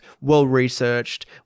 well-researched